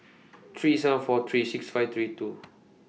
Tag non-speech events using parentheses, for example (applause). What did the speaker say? (noise) three seven four three six five three two (noise)